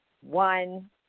one